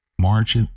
March